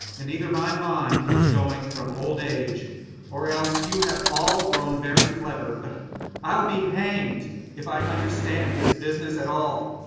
and either my mind is going from old age or else you have all grown very clever, but i'll be hanged if i understand this business at all.